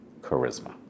charisma